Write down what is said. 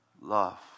love